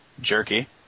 jerky